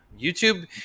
YouTube